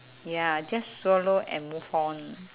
ya just swallow and move on